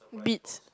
Beats